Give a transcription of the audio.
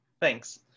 thanks